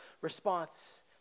response